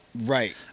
Right